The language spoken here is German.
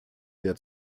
der